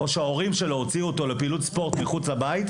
או שההורים שלו הוציאו אותו לפעילות ספורט מחוץ לבית,